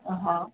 હ